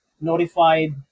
notified